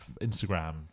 instagram